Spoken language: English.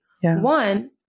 One